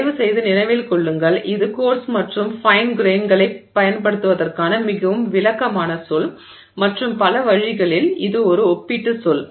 தயவுசெய்து நினைவில் கொள்ளுங்கள் இது கோர்ஸ் மற்றும் ஃபைன் கிரெயின்களைப் பயன்படுத்துவதற்கான மிகவும் விளக்கமான சொல் மற்றும் பல வழிகளில் இது ஒரு ஒப்பீட்டு சொல்